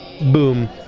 boom